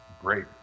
Great